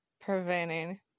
preventing